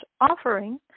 offering